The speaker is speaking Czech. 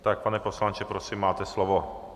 Tak pane poslanče, prosím, máte slovo.